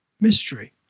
mystery